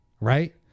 right